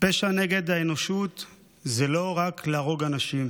"פשע נגד האנושות זה לא רק להרוג אנשים,